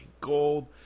gold